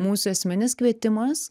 mūsų esminis kvietimas